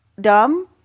dumb